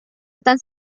están